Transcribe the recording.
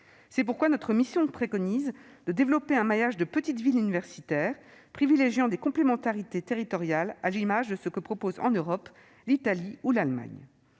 C'est pourquoi notre mission d'information préconise de développer un maillage de petites villes universitaires, privilégiant des complémentarités territoriales, à l'image de ce que proposent en Europe l'Italie ou l'Allemagne.